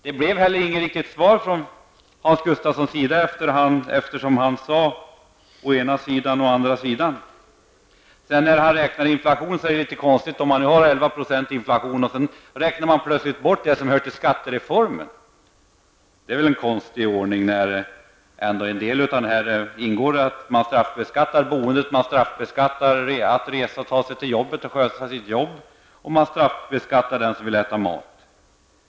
Det blev inget riktigt svar från Hans Gustafssons sida -- han sade först å ena sidan och sedan å andra sidan. Det är väl en konstig ordning att ha en inflation på 11 % och sedan räkna bort det som hör till skattereformen? I reformen ingår att boendet straffbeskattas, att resa till sitt arbete och sköta sitt arbete straffbeskattas, och den som vill äta mat straffbeskattas.